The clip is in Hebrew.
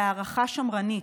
בהערכה שמרנית,